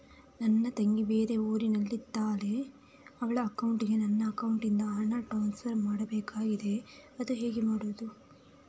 ನನ್ನ ತಂಗಿ ಬೇರೆ ಊರಿನಲ್ಲಿದಾಳೆ, ಅವಳ ಅಕೌಂಟಿಗೆ ನನ್ನ ಅಕೌಂಟಿನಿಂದ ಹಣ ಟ್ರಾನ್ಸ್ಫರ್ ಮಾಡ್ಬೇಕಾಗಿದೆ, ಅದು ಹೇಗೆ ಮಾಡುವುದು?